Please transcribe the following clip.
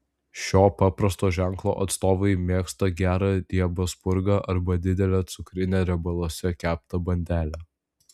šio paprasto ženklo atstovai mėgsta gerą riebią spurgą arba didelę cukrinę riebaluose keptą bandelę